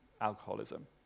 alcoholism